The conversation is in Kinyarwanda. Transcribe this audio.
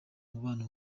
umugabane